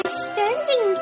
spending